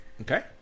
Okay